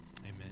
Amen